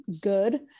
good